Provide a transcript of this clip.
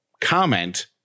comment